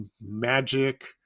magic